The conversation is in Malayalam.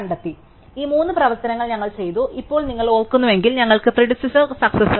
അതിനാൽ ഈ മൂന്ന് പ്രവർത്തനങ്ങൾ ഞങ്ങൾ ചെയ്തു ഇപ്പോൾ നിങ്ങൾ ഓർക്കുന്നുവെങ്കിൽ ഞങ്ങൾക്ക് പ്രിഡിസെസാർ സക്സസാർ ഉണ്ട്